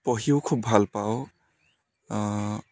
পঢ়িও খুব ভাল পাওঁ